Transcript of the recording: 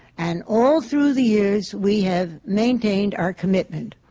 and all through the years, we have maintained our commitment,